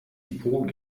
depot